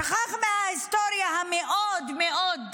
שכח מההיסטוריה המאוד מאוד צעירה,